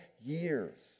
years